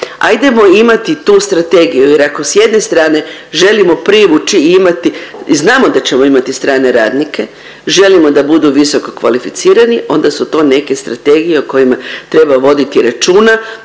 Ajdemo imati tu strategiju jer ako s jedne strane želimo privući i imati i znamo da ćemo imati strane radnike, želimo da budu visokokvalificirani onda su to neke strategije o kojima treba voditi računa